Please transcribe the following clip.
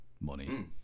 money